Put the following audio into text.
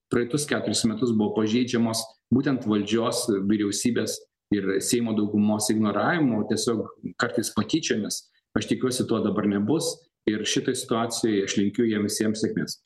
praeitus keturis metus buvo pažeidžiamos būtent valdžios vyriausybės ir seimo daugumos ignoravimu tiesiog kartais patyčiomis aš tikiuosi to dabar nebus ir šitoj situacijoj aš linkiu jiem visiem sėkmės